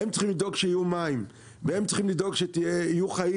הם צריכים לדאוג שיהיו מים והם צריכים לדאוג שיהיו חיים